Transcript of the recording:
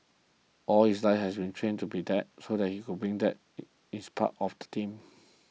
all his life he has trained to be that so he could bring that he is part of the team